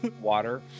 water